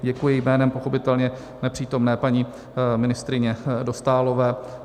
Děkuji jménem pochopitelně nepřítomné paní ministryně Dostálové.